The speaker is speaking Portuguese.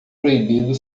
proibido